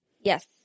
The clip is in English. Yes